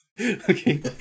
Okay